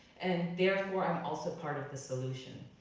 and therefore i'm also part of the solution.